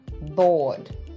bored